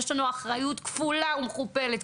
יש לנו אחריות כפולה ומכופלת,